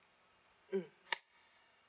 mm